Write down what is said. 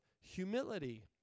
humility